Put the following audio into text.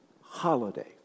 holiday